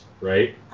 right